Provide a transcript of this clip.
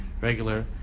regular